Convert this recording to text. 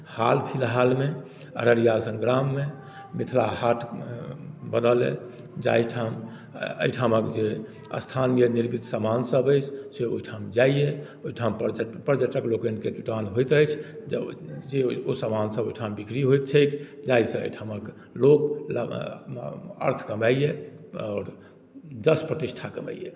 हाल फिलहालमे अररिया सङ्ग्राममे मिथिला हाट बनल अइ जाहिठाम एहिठामक जे स्थानीय निर्मित सामानसभ अछि से ओहिठाम जाइए ओहिठाम पर्य पर्यटक लोकनिके जुटान होइत अछि जे ओ सामानसभ ओहिठाम बिक्री होइत छैक जाहिसँ एहिठामक लोक अर्थ कमाइए आओर यश प्रतिष्ठा कमाइए